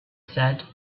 said